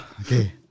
Okay